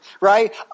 right